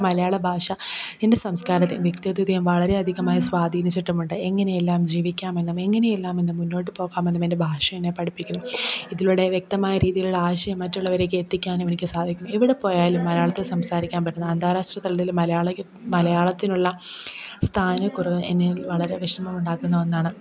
മലയാളഭാഷ എന്റെ സംസ്കാരത്തെ വ്യക്തിത്വത്തെയും വളരെയധികമായി സ്വാധീനിച്ചിട്ടുമുണ്ട് എങ്ങനെയെല്ലാം ജീവിക്കാമെന്നും എങ്ങനെയെല്ലാമെന്നും മുന്നോട്ട് പോകാമെന്നും എന്റെ ഭാഷ എന്നെ പഠിപ്പിക്കുന്നു ഇതിലൂടെ വ്യക്തമായ രീതിയിലുള്ള ആശയം മറ്റുള്ളവരിലേക്ക് എത്തിക്കാനുമെനിക്ക് സാധിക്കും എവിടെപ്പോയാലും മലയാളത്തിൽ സംസാരിക്കാൻ പറ്റുന്ന അന്താരാഷ്ട്രതലത്തിൽ മലയാളിക്ക് മലയാളത്തിനുള്ള സ്ഥാനക്കുറവ് എന്നിൽ വളരെ വിഷമം ഉണ്ടാക്കുന്ന ഒന്നാണ്